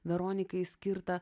veronikai skirtą